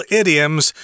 idioms